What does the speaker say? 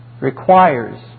requires